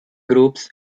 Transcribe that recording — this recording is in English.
groups